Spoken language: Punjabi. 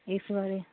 ਇਸ ਬਾਰੇ